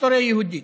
היסטוריה יהודית.